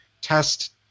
test